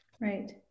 Right